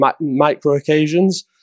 micro-occasions